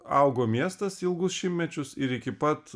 augo miestas ilgus šimtmečius ir iki pat